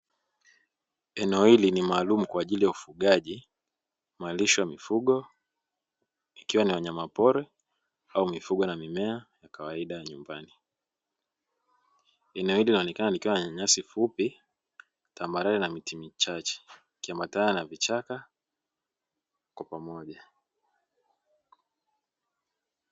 Eneo hili ni maalumu kwajili ya ufugaji, malisho ya mifugo ikiwa ni wanyamapori au mifugo na mimea ya kawaida ya nyumbani, eneo hili linaonekana likiwa na nyasi fupi, tambarale na miti michache ikiambatana na vichaka kwa pamoja.